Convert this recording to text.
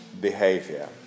behavior